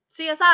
CSI